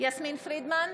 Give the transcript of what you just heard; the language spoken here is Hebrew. יסמין פרידמן,